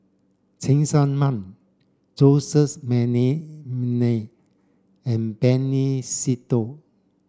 Cheng Tsang Man Joseph Mcnally and Benny Se Teo